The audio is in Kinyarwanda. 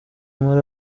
matter